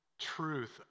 truth